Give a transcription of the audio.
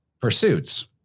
pursuits